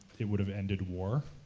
it would have ended war.